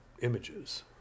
images